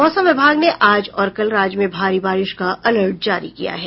मौसम विभाग ने आज और कल राज्य में भारी बारिश का अलर्ट जारी किया है